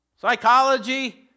Psychology